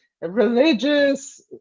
religious